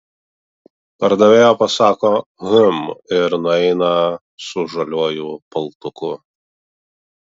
pardavėja pasako hm ir nueina su žaliuoju paltuku